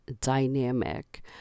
dynamic